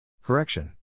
Correction